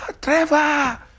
Trevor